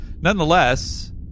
Nonetheless